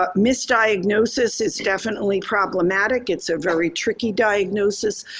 ah misdiagnosis is definitely problematic. it's a very tricky diagnosis.